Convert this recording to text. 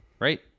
right